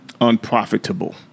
unprofitable